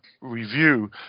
review